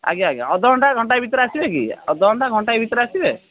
ଆଜ୍ଞା ଆଜ୍ଞା ଅଧା ଘଣ୍ଟା ଘଣ୍ଟାଏ ଭିତରେ ଆସିବେ କି ଅଧା ଘଣ୍ଟା ଘଣ୍ଟାଏ ଭିତରେ ଆସିବେ